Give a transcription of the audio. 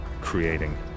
creating